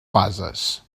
fases